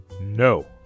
No